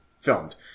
filmed